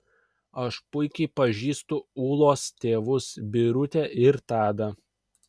aš puikiai pažįstu ūlos tėvus birutę ir tadą